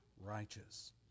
righteous